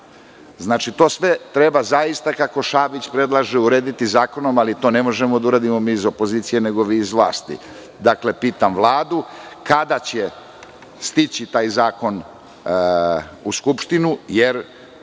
Znači, to sve treba zaista, kako Šabić predlaže, urediti zakonom, ali to ne možemo da uradimo mi iz opozicije, nego vi iz vlasti. Dakle, pitam Vladu – kada će stići taj zakon u Skupštinu, jer